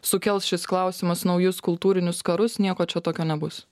sukels šis klausimas naujus kultūrinius karus nieko čia tokio nebus